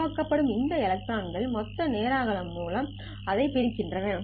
உருவாக்கப்படும் இந்த எலக்ட்ரான்கள் மொத்த நேர அலகு மூலம் அதைப் பிரிக்கின்றன